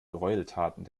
gräueltaten